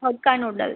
hakka noodles